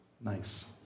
Nice